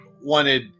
wanted